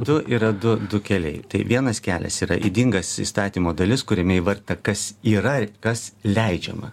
du yra du du keliai tik vienas kelias yra ydingas įstatymo dalis kuriame įvardyta kas yra kas leidžiama